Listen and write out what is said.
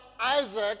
Isaac